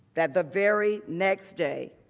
that the very next day,